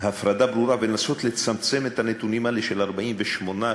הפרדה ברורה ולנסות לצמצם את הנתונים האלה של 48%,